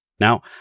Now